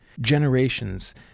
generations